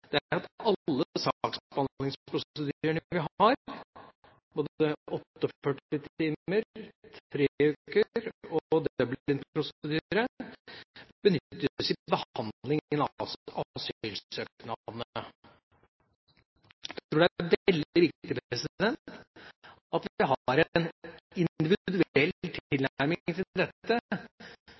rusmiljø er at alle saksbehandlingsprosedyrene vi har, både 48 timer, 3 uker og Dublin-prosedyre, benyttes i behandlingen av asylsøknadene. Jeg tror det er veldig viktig at vi har en individuell